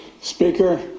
Speaker